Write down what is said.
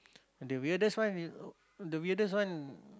the weirdest one